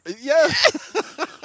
Yes